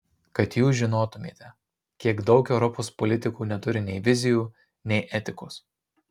kad jūs žinotumėte kiek daug europos politikų neturi nei vizijų nei etikos